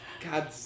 God